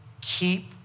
keep